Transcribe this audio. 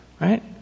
Right